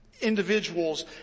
individuals